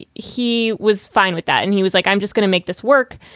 he he was fine with that. and he was like, i'm just gonna make this work.